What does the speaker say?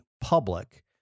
public